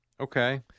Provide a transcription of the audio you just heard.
Okay